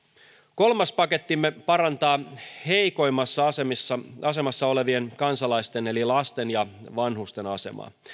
kolmas pakettimme parantaa heikoimmassa asemassa asemassa olevien kansalaisten eli lasten ja vanhusten asemaa